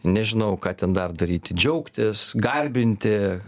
nežinau ką ten dar daryti džiaugtis garbinti